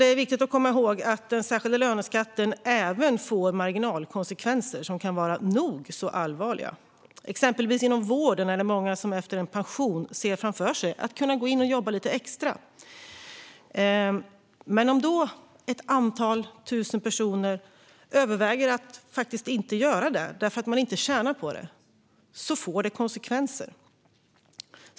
Det är viktigt att komma ihåg att den särskilda löneskatten även får marginalkonsekvenser som kan vara nog så allvarliga. Exempelvis inom vården är det många som efter en pension ser framför sig att kunna gå in och jobba lite extra. Men om då ett antal tusen personer överväger att inte göra det därför att man inte tjänar på det får det konsekvenser.